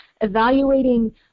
evaluating